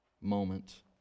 moment